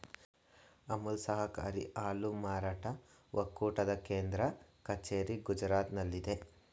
ಅಮುಲ್ ಸಹಕಾರಿ ಹಾಲು ಮಾರಾಟ ಒಕ್ಕೂಟದ ಕೇಂದ್ರ ಕಚೇರಿ ಗುಜರಾತ್ನಲ್ಲಿದೆ